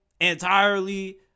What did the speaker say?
entirely